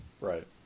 right